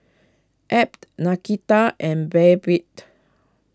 Ebb Nakita and Babette